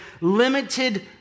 limited